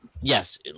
Yes